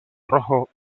rojo